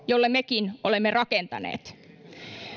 jolle mekin olemme rakentaneet